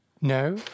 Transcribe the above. No